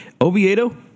Oviedo